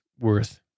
worth